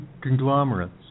conglomerates